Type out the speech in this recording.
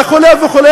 וכו' וכו',